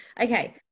okay